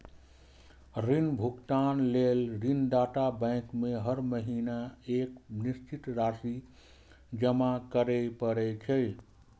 ऋण भुगतान लेल ऋणदाता बैंक में हर महीना एक निश्चित राशि जमा करय पड़ै छै